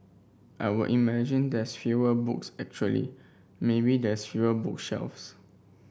I would imagine there's fewer books actually maybe there's fewer book shelves